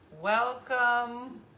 Welcome